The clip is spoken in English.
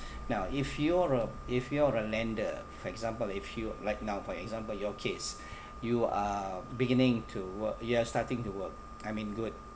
now if you're if you're a lender for example if you like now for example your case you are beginning to work you're starting to work I mean good